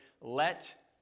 Let